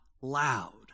loud